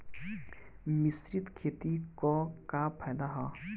मिश्रित खेती क का फायदा ह?